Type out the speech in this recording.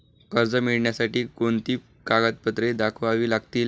कर्ज मिळण्यासाठी कोणती कागदपत्रे दाखवावी लागतील?